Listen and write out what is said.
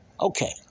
Okay